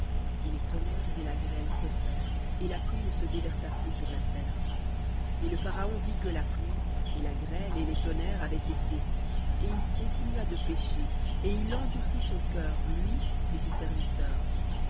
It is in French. et les tonnerres et la grêle cessèrent et la pluie ne se déversa plus sur la terre et le pharaon vit que la pluie et la grêle et les tonnerres avaient cessé et il continua de pécher et il endurcit son cœur lui et ses serviteurs